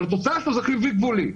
אבל התוצאה אצלו היא חיובי גבולי.